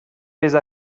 pezh